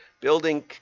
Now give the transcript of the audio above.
building